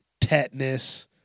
tetanus